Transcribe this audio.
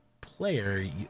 player